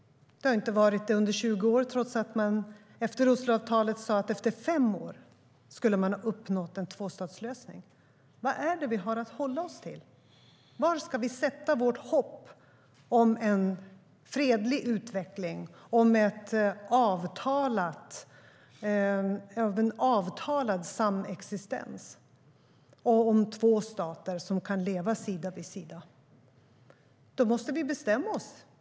Det har inte varit det under 20 år trots att man efter Osloavtalet sade att en tvåstatslösning skulle uppnås efter fem år. Vad är det vi har att hålla oss till? Till vad ska vi sätta vårt hopp om en fredlig utveckling och en avtalad samexistens mellan två stater som kan leva sida vid sida? Vi måste bestämma oss.